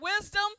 wisdom